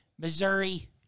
Missouri